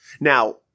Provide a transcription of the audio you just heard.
Now